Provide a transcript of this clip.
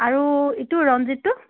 আৰু এইটো ৰঞ্জিতটো